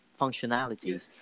functionality